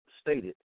stated